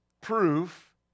proof